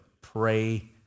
Pray